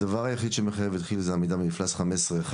הדבר היחיד שמחייב את כיל זה עמידה במפלס 15.1,